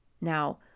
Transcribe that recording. Now